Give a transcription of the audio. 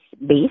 based